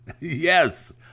Yes